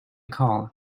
call